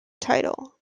title